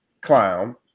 clown